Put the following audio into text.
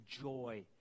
joy